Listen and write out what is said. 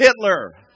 Hitler